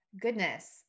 goodness